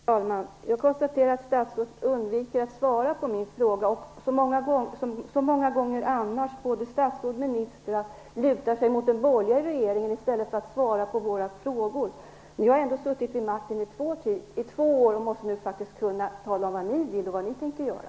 Fru talman! Jag konstaterar att statsrådet undviker att svara på min fråga. Som så många gånger tidigare lutar sig både statsråd och ministrar mot den förra borgerliga regeringen i stället för att svara på våra frågor. Ni har nu suttit vid makten i två år och måste faktiskt kunna tala om vad ni vill och vad ni tänker göra.